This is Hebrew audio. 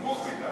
נמוך מדי.